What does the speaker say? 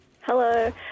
Hello